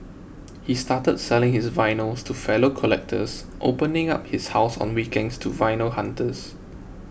he started selling his vinyls to fellow collectors opening up his house on weekends to vinyl hunters